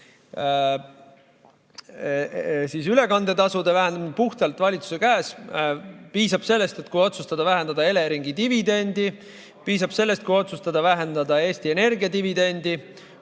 Ülekandetasude vähendamine on puhtalt valitsuse käes. Piisab sellest, kui otsustada vähendada Eleringi dividendi, piisab sellest, kui otsustada vähendada Eesti Energia dividendi,